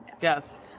yes